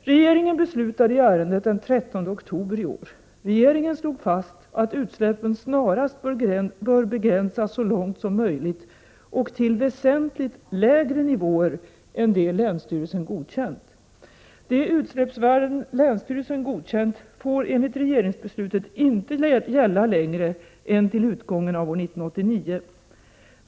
Regeringen beslutade i ärendet den 13 oktober i år. Regeringen slog fast att utsläppen snarast bör begränsas så långt som möjligt och till väsentligt lägre nivåer än de länsstyrelsen godkänt. De utsläppsvärden länsstyrelsen godkänt får enligt regeringsbeslutet inte gälla längre än till utgången av år 1989.